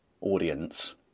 audience